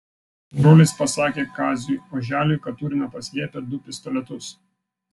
brolis pasakė kaziui oželiui kad turime paslėpę du pistoletus